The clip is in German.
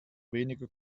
weniger